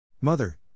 Mother